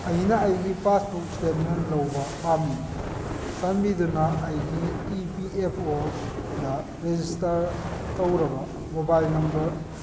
ꯑꯩꯅ ꯑꯩꯒꯤ passbook statement ꯂꯧꯕ ꯄꯥꯝꯏ ꯆꯥꯟꯕꯤꯗꯨꯅ ꯑꯩꯒꯤ E P F O register ꯇꯧꯔꯕ ꯃꯣꯕꯥꯏꯜ ꯅꯝꯕꯔ